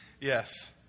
Yes